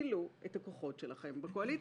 תפעילו את הכוחות שלכם בקואליציה.